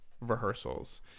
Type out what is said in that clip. rehearsals